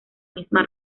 misma